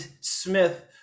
Smith